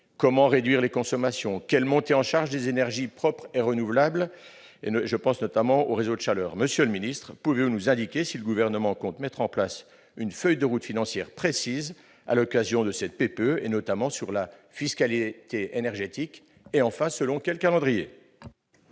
Comment réduire les consommations ? Quelle montée en charge des énergies propres et renouvelables ? Je pense notamment aux réseaux de chaleur. Monsieur le ministre d'État, pouvez-vous nous indiquer si le Gouvernement compte mettre en place une feuille de route financière précise, à l'occasion de cette PPE, notamment sur la fiscalité énergétique ? Si tel est le cas, quel calendrier